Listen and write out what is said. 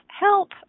help